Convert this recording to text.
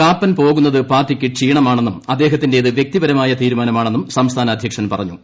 കാപ്പൻ പോകുന്നത് പാർട്ടിക്ക് ക്ഷീണമാണെന്നും അദ്ദേഹത്തിന്റേത് വൃക്തിപരമായ തീരുമാനമാണെന്നും സംസ്ഥാന അധ്യക്ഷൻ പറഞ്ഞു